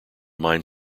mind